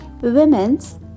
Women's